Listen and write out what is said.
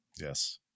Yes